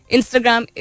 Instagram